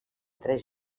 tres